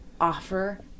offer